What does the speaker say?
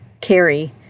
carry